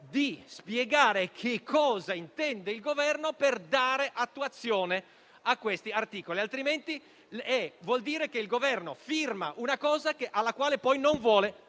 di spiegare cosa intende il Governo per dare attuazione a questi articoli, altrimenti vuol dire che firma qualcosa a cui poi non vuole